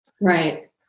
right